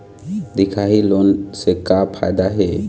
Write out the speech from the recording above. दिखाही लोन से का फायदा हे?